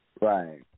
Right